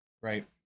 Right